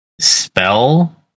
spell